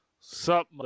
Sup